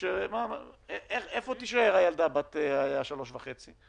איפה תישאר הילדה בת שלוש וחצי?